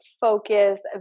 focus